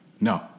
No